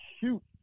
shoot